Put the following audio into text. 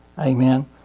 Amen